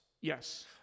Yes